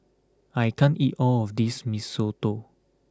I can't eat all of this Mee Soto